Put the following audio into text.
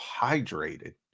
hydrated